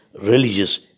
religious